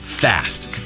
fast